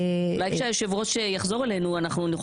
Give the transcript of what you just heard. אולי כשהיושב ראש יחזור אלינו אנחנו נוכל